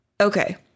Okay